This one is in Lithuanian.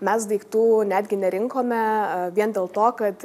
mes daiktų netgi nerinkome vien dėl to kad